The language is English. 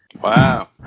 Wow